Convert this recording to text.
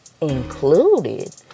included